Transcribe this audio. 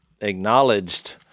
acknowledged